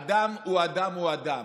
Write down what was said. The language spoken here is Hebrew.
אדם הוא אדם הוא אדם.